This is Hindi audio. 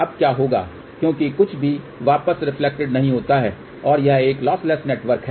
अब क्या होगा क्योंकि कुछ भी वापस रेफ्लेक्टेड नहीं होता है और यह एक लॉसलेस नेटवर्क है